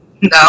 No